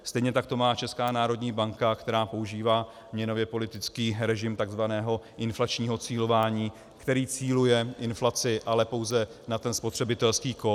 Stejně tak to má Česká národní banka, která používá měnově politický režim takzvaného inflačního cílování, který cíluje inflaci, ale pouze na ten spotřebitelský koš...